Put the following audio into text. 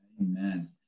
Amen